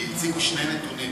כי הציגו שני נתונים.